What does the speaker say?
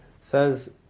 says